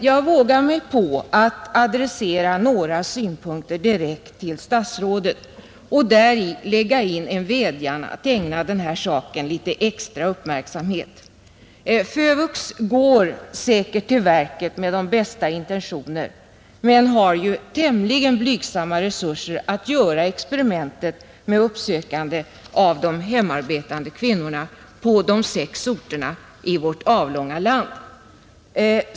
Jag vågar mig på att adressera några synpunkter direkt till statsrådet och däri lägga in en vädjan att ägna den här saken litet extra uppmärksamhet. FÖVUX går säkert till verket med de bästa intentioner men har ju tämligen blygsamma resurser för att göra experiment med uppsökande av de hemarbetande kvinnorna på de sex orter i vårt avlånga land som det gäller.